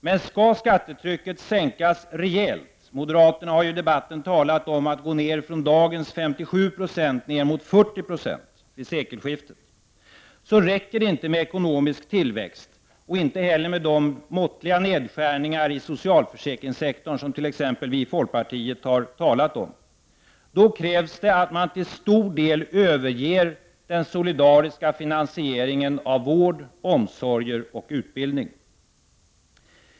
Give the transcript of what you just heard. Men skall skattetrycket sänkas rejält — moderaterna har i debatten talat om att gå ned från dagens 57 9 till ca 40 70 vid sekelskiftet — så räcker det inte med ekonomisk tillväxt och inte heller med de måttliga nedskärningar i socialförsäkringssektorn som t.ex. vi i folkpartiet har talat om. Då krävs att man till stor del överger den solidariska finanseringen av vård, omsorger och utbildning.